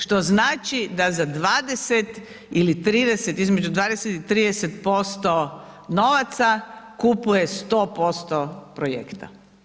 Što znači da za 20 ili 30, između 20 i 30% novaca kupuje 100% projekta.